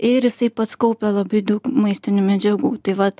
ir jisai pats kaupia labai daug maistinių medžiagų tai vat